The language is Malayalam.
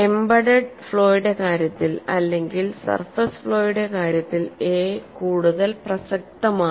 എംബഡെഡ് ഫ്ലോയുടെ കാര്യത്തിൽ അല്ലെങ്കിൽ സർഫേസ് ഫ്ലോയുടെ കാര്യത്തിൽ a കൂടുതൽ പ്രസക്തമാണ്